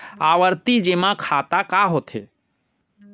आवर्ती जेमा खाता का होथे?